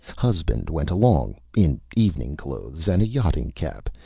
husband went along, in evening clothes and a yachting cap,